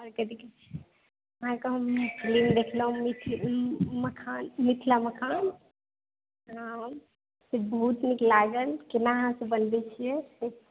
अहाँके हम फिल्म देखलहुँ मिथिला मखान मिथिला मखान बहुत नीक लागल केना अहाँसभ बनबैत छियै